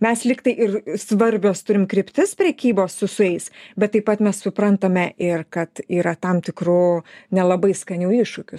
mes lyg tai ir svarbios turim kryptis prekybos su su jais bet taip pat mes suprantame ir kad yra tam tikrų nelabai skanių iššūkių